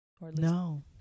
No